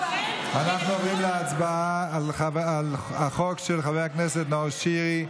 אנחנו עוברים להצבעה על החוק של חבר הכנסת נאור שירי.